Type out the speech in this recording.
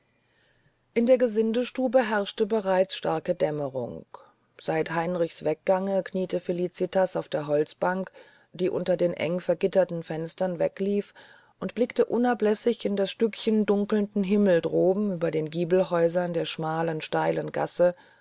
in der gesindestube herrschte bereits starke dämmerung seit heinrichs weggange kniete felicitas auf der holzbank die unter den eng vergitterten fenstern weglief und blickte unablässig in das stückchen dunkelnden himmels droben über den giebelhäusern der schmalen steilen gasse